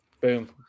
Boom